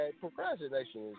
Procrastination